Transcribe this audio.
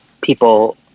people